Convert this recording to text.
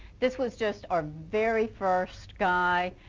this was just our very first guy,